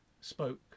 spoke